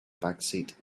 backseat